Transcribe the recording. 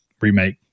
remake